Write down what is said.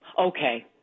Okay